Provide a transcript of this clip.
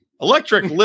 Electric